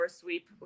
sweep